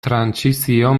trantsizio